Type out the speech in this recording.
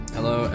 Hello